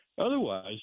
Otherwise